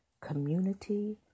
community